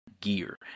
gear